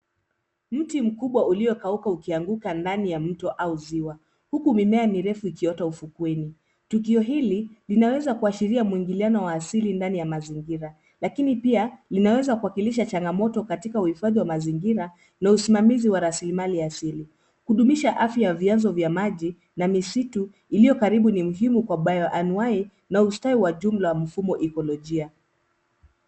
Mti mkubwa uliokauka ukianguka ndani ya mto au ziwa, huku mimea ni refu ikiota ufukueni. Tukio hili linaweza kuashiria mwingiliano wa asili ndani ya mazingira . Lakini pia linaweza kuwakilisha jangamoto katika uhifadhi wa mazingira na usimamizi wa rasilimali asili .Kudhumisha afya wa vianzo vya maji na misitu iliokaribu ni muhimu anuwahi ustawi wa jumla wa mfumo ekolojia